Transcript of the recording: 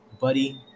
Buddy